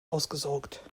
ausgesorgt